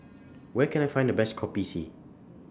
Where Can I Find The Best Kopi C